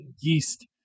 yeast